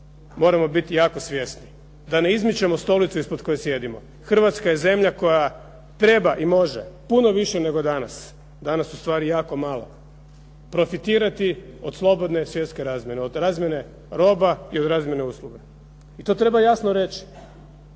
moramo biti jako svjesni da ne izmičemo stolicu ispod koje sjedimo. Hrvatska je zemlja koja treba i može puno više nego danas, danas ustvari jako malo, profitirati od slobodne svjetske razmjene, od razmjene roba i od razmjene usluga. I to treba jasno reći.